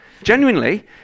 Genuinely